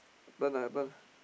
done lah your turn